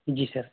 जी sir